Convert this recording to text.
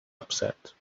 upset